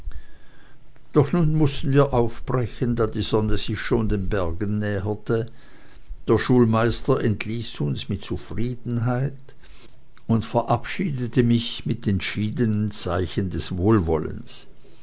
doch nun mußten wir aufbrechen da die sonne sich schon den bergen näherte der schulmeister entließ uns mit zufriedenheit und verabschiedete mich mit entschiedenen zeichen seines wohlwollens